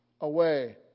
away